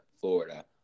Florida